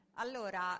Allora